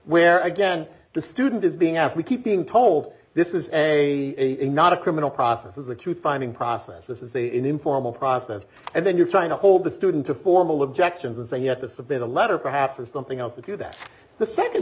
where again the student is being asked we keep being told this is a not a criminal process is a true finding process this is the informal process and then you're trying to hold the student to formal objections and say you have to submit a letter perhaps or something else to do that the second